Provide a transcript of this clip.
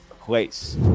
place